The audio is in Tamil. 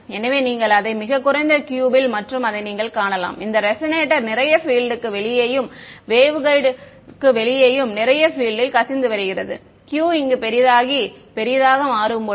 எனவே நீங்கள் அதை மிகக் குறைந்த Q ல் மற்றும் அதை நீங்கள் காணலாம் இந்த ரெசனேட்டர் நிறைய பீல்ட் க்கு வெளியேயும் வேவ்கைடு வெளியேயும் நிறைய பீல்ட் கசிந்து வருகிறது Q இங்கு பெரிதாகி பெரிதாக மாறும் போது